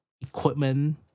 equipment